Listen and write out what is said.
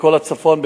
בכל הצפון,